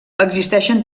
existeixen